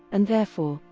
and therefore,